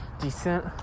decent